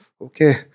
okay